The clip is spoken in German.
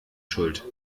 schuld